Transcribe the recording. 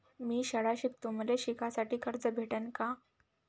मी शाळा शिकतो, मले शिकासाठी कर्ज भेटन का?